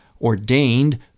ordained